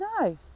No